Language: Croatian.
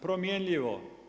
Promjenjivo.